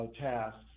tasks